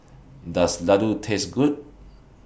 Does Laddu Taste Good